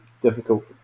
difficult